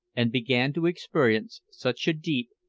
and began to experience such a deep,